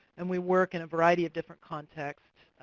and we work in a variety of different contexts.